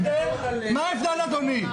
מה ההבדל, אדוני?